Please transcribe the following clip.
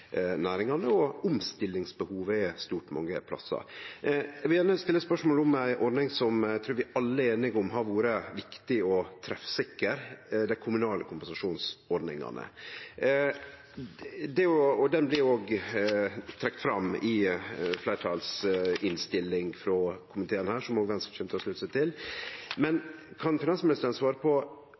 næringane og fordi omstillingsbehovet er stort mange plassar. Eg vil gjerne stille eit spørsmål om ei ordning som eg trur vi alle er einige om har vore viktig og treffsikker – den kommunale kompensasjonsordninga. Ho blir òg trekt fram i innstillinga frå fleirtalet i komiteen, som òg Venstre kjem til å slutte seg til. Men kan finansministeren svare på